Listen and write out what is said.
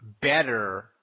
better